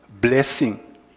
blessing